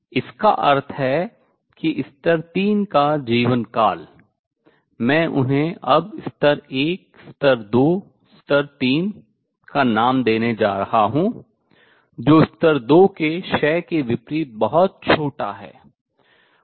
इसका अर्थ है कि स्तर 3 का जीवनकाल मैं उन्हें अब स्तर 1 स्तर 2 स्तर 3 का नाम देने जा रहा हूँ जो स्तर 2 के क्षय के विपरीत बहुत छोटा है